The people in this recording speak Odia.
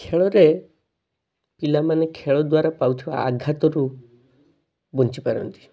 ଖେଳରେ ପିଲାମାନେ ଖେଳ ଦ୍ୱାରା ପାଉଥିବା ଆଘାତରୁ ବଞ୍ଚିପାରନ୍ତି